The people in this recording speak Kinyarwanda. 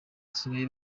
basigaye